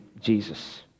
Jesus